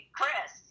Chris